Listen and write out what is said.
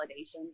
validation